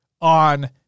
on